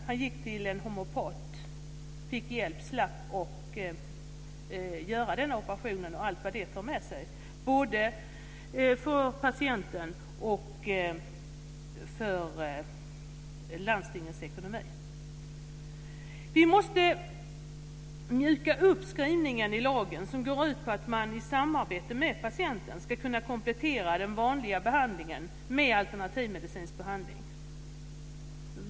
Han gick till en homeopat, fick hjälp och slapp genomgå operationen, med allt vad en sådan för med sig både för patienten och för landstingens ekonomi. Vi måste mjuka upp skrivningen i lagen som går ut på att man i samarbete med patienten ska kunna komplettera den vanliga behandlingen med alternativmedicinsk behandling.